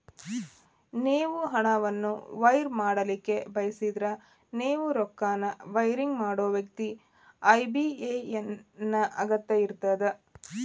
ನೇವು ಹಣವನ್ನು ವೈರ್ ಮಾಡಲಿಕ್ಕೆ ಬಯಸಿದ್ರ ನೇವು ರೊಕ್ಕನ ವೈರಿಂಗ್ ಮಾಡೋ ವ್ಯಕ್ತಿ ಐ.ಬಿ.ಎ.ಎನ್ ನ ಅಗತ್ಯ ಇರ್ತದ